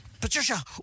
Patricia